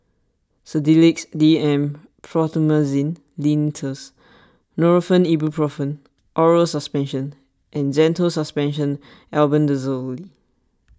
Sedilix D M Promethazine Linctus Nurofen Ibuprofen Oral Suspension and Zental Suspension Albendazolely